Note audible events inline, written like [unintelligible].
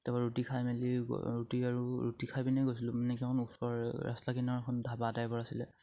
তাৰপৰা ৰুটি খাই মেলি ৰুটি আৰু ৰুটি খাই পিনে গৈছিলোঁ মানে [unintelligible] খন ধাবা টাইপৰ আছিলে